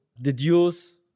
deduce